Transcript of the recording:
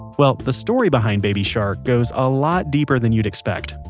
well, the story behind baby shark goes a lot deeper than you'd expect.